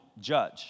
judge